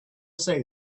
say